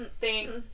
Thanks